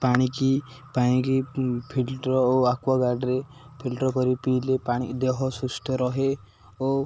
ପାଣିକି ପାଣିକି ଫିଲ୍ଟର୍ ଓ ଆକ୍ୱଗାର୍ଡ଼ରେ ଫିଲ୍ଟର୍ କରି ପିଇଲେ ପାଣି ଦେହ ସୁସ୍ଥ ରହେ ଓ